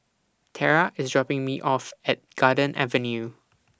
Terra IS dropping Me off At Garden Avenue